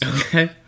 Okay